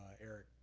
Eric